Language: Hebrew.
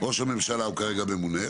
כרגע, ראש הממשלה ממונה.